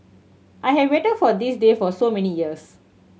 I have wait for this day for so many years